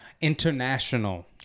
international